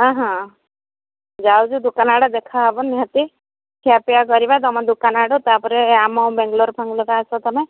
ହଁ ହଁ ଯାଉଛୁ ଦୋକାନ ଆଡ଼େ ଦେଖା ହେବ ନିହାତି ଖିଆ ପିଆ କରିବା ତୁମ ଦୋକାନ ଆଗ ତାପରେ ଆମ ବାଙ୍ଗାଲୋର ଫାଙ୍ଗାଲୋର ଆସ ତୁମେ